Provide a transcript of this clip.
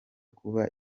kuba